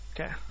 Okay